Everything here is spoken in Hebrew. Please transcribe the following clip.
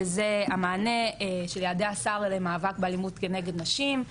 וזה המענה של יעדי השר למאבק באלימות נגד נשים,